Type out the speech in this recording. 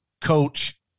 coach